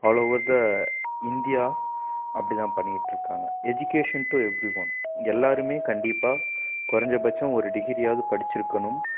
ஆலோவர் the India அப்படிதான் பண்ணிட்டுருக்காங்க education to every one எல்லாருமே கண்டிப்பாக குறைஞ்சபட்சோம் ஒரு டிகிரியாவது படிச்சிருக்கணும்